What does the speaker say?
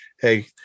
hey